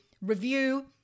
review